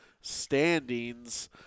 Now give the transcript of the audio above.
standings